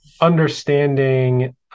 understanding